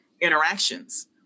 interactions